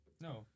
No